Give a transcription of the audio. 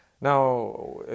Now